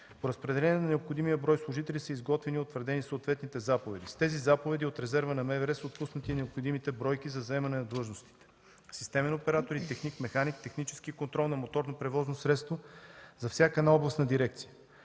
По разпределение на необходимия брой служители са изготвени и утвърдени съответните заповеди. С тези заповеди от резерва на МВР са отпуснати необходимите бройки за заемане на длъжностите „системен оператор” и „техник, механик/технически контрол на моторно превозно средство” за всяка една областна дирекция.